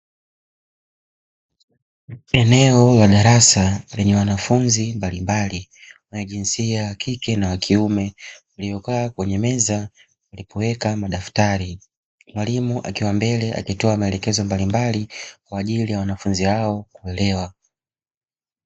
Eneo la darasa lenye wanafunzi mbalimbali wenye jinsia ya kike na wa kiume waliokaa kwenye meza walipoweka madaftari, mwalimu akiwa mbele akitoa maelekezo mbalimbali kwaajili ya wanafunzi hao kuelewa.